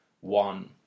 one